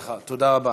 תודה רבה לך, תודה רבה.